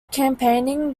campaigning